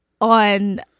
on